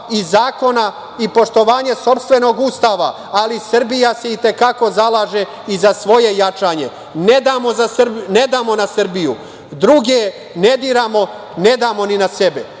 i zakona i poštovanje sopstvenog Ustava, ali Srbija se itekako zalaže i za svoje jačanje. Ne damo na Srbiju! Druge ne diramo, ne damo ni na sebe.